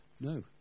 No